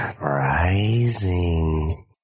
Rising